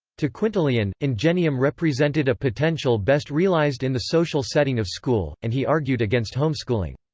to quintilian, ingenium represented a potential best realized in the social setting of school, and he argued against homeschooling.